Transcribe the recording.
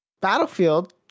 Battlefield